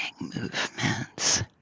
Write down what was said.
movements